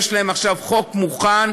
יש להם עכשיו חוק מוכן,